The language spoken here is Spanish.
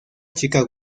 chica